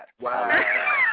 Wow